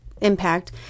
impact